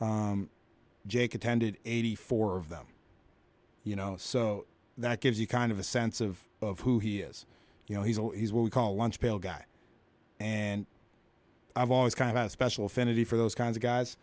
jake attended eighty four of them you know so that gives you kind of a sense of who he is you know he's a he's what we call lunchpail guy and i've always kind of a special affinity for those kinds of guys